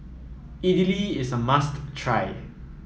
Idili is a must try